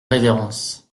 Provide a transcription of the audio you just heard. révérence